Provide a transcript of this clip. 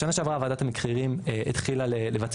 בשנה שעברה ועדת המחירים התחילה לבצע